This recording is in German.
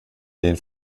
den